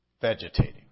vegetating